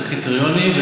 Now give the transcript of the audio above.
צריך קריטריונים,